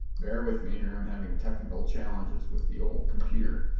bear with me here i'm having technical challenges with the old computer